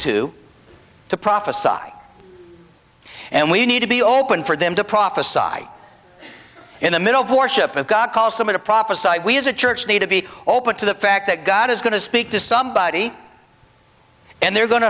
to to prophesies and we need to be open for them to prophesied in the middle warship of god calls some of the prophesied we as a church need to be open to the fact that god is going to speak to somebody and they're going